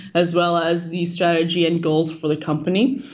as well as the strategy and goals for the company.